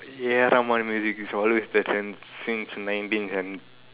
music is always that since nineteen seven